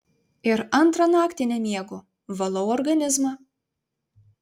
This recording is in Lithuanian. ir antrą naktį nemiegu valau organizmą